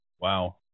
Wow